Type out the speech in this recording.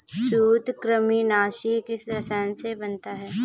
सूत्रकृमिनाशी किस रसायन से बनता है?